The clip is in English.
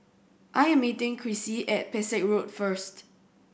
I am meeting Chrissie at Pesek Road first